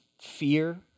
fear